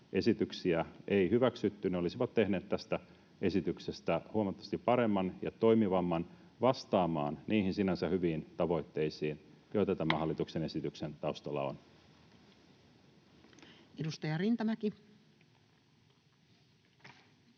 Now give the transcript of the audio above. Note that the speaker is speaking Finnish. esityksiä ei hyväksytty. Ne olisivat tehneet tästä esityksestä huomattavasti paremman ja toimivamman vastaamaan niihin sinänsä hyviin tavoitteisiin, joita tämän hallituksen esityksen taustalla on. [Speech 186]